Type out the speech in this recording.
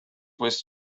was